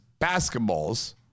basketballs